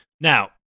now